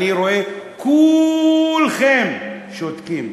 אני רואה, כולכם שותקים.